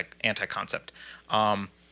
anti-concept